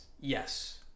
yes